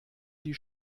die